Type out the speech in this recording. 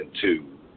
two